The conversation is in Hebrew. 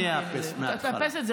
אני אאפס מהתחלה.